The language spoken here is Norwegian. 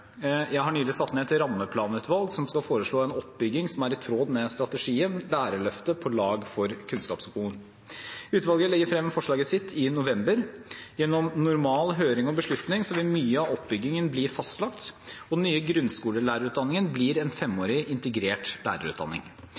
Jeg har nylig satt ned et rammeplanutvalg som skal foreslå en oppbygning som er i tråd med strategien Lærerløftet – På lag for kunnskapsskolen. Utvalget legger frem forslaget sitt i november. Gjennom normal høring og beslutning vil mye av oppbygningen bli fastlagt, og den nye grunnskolelærerutdanningen blir en femårig integrert lærerutdanning.